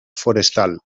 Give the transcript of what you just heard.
forestal